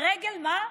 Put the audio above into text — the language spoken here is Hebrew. לרגל מה?